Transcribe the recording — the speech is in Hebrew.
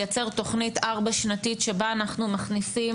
לייצר תוכנית ארבע-שנתית שבה אנחנו מכניסים